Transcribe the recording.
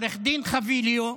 עו"ד חביליו.